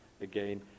again